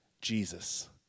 Jesus